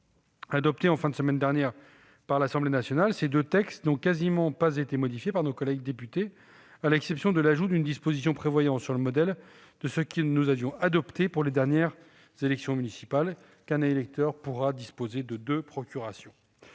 Adoptés en fin de semaine dernière par l'Assemblée nationale, ces deux textes n'ont quasiment pas été modifiés par nos collègues députés, à l'exception de l'ajout d'une disposition prévoyant, sur le modèle de ce que nous avions retenu pour les dernières élections municipales, qu'un électeur pourra disposer de deux procurations.